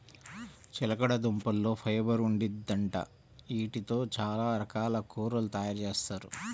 చిలకడదుంపల్లో ఫైబర్ ఉండిద్దంట, యీటితో చానా రకాల కూరలు తయారుజేత్తారు